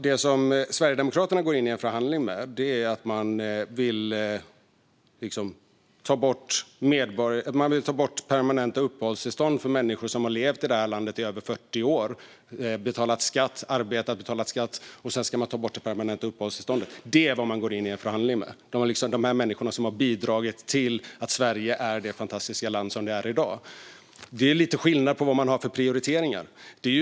Det Sverigedemokraterna går in i en förhandling med är att man vill ta bort permanenta uppehållstillstånd för människor som har levt i det här landet i över 40 år. De har arbetat och betalat skatt, men sedan ska deras permanenta uppehållstillstånd tas bort. Det är vad man går in i förhandlingen med. De människorna har bidragit till att Sverige är det fantastiska land som det är i dag. Det är lite skillnad vad gäller vilka prioriteringar vi har.